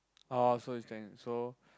uh so he's kind so